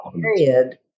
period